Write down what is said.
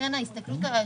לכן ההסתכלות עלי,